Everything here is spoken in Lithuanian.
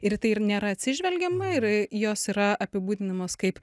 ir į tai ir nėra atsižvelgiama ir jos yra apibūdinamos kaip